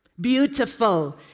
beautiful